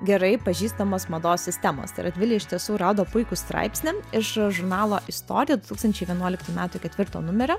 gerai pažįstamos mados sistemos tai radvilė iš tiesų rado puikų straipsnį iš žurnalo istorija du tūkstančiai vienuoliktų metų ketvirto numerio